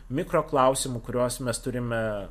mikroklausimų kuriuos mes turime